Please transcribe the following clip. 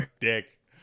dick